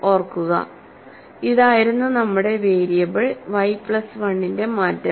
ഓർക്കുക അതായിരുന്നു നമ്മുടെ വേരിയബിൾ y പ്ലസ് 1 ന്റെ മാറ്റം